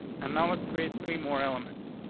and now let's create three more elements.